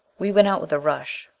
we went out with a rush.